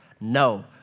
No